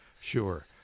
Sure